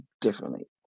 differently